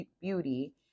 beauty